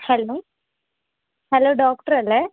hello hello ഡോക്ടറല്ലേ